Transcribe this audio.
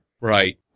Right